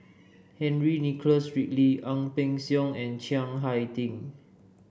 Henry Nicholas Ridley Ang Peng Siong and Chiang Hai Ding